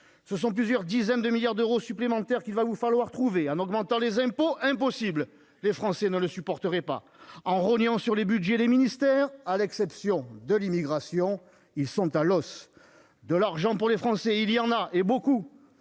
Ce sont plusieurs dizaines de milliards d'euros supplémentaires qu'il va vous falloir trouver. En augmentant les impôts ? Impossible, les Français ne le supporteraient pas ! En rognant sur les budgets des ministères ? À l'exception des budgets dédiés à l'immigration, ils sont à l'os ! De l'argent, il y en a, et beaucoup.